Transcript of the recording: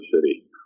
city